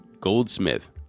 Goldsmith